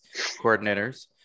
coordinators